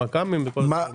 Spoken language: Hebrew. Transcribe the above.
במק"מים וכו'.